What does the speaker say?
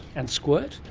and squirt?